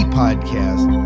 podcast